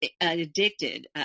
addicted